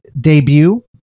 debut